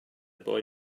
boy